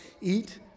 eat